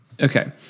Okay